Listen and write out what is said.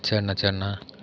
செரிணா செரிணா